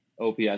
OPS